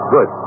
Good